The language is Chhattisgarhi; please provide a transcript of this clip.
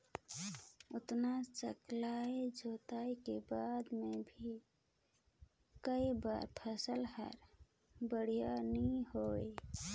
अतना सकलई जतनई के बाद मे भी कई बार फसल हर बड़िया नइ होए